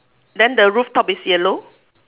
then the rooftop is yellow